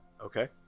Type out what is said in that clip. Okay